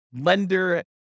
lender